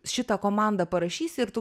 šitą komandą parašysi ir tu